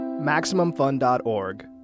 MaximumFun.org